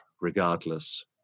regardless